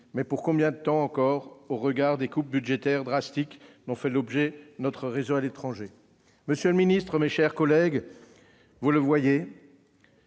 Mais pour combien de temps encore, au regard des coupes budgétaires drastiques dont fait l'objet notre réseau à l'étranger ? Mes chers collègues, vous le voyez,